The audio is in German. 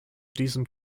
diesem